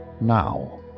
now